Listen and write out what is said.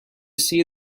see